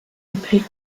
gepäck